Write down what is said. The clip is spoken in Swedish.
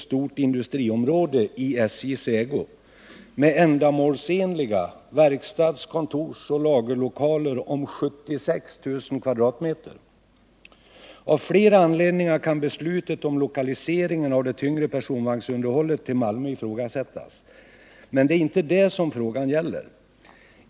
stort industriområde i SJ:s ägo med ändamålsenliga verkstads-, kontorsoch lagerlokaler om 76 000 m?2. Av flera anledningar kan beslutet om iokaliseringen av det tyngre personvagnsunderhållet till Malmö ifrågasättas. Men det är inte detta som frågan gäller.